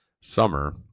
summer